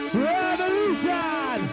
Revolution